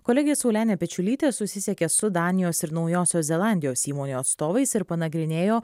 kolegė saulenė pečiulytė susisiekė su danijos ir naujosios zelandijos įmonių atstovais ir panagrinėjo